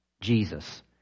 Jesus